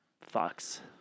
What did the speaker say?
Fox